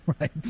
Right